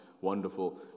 wonderful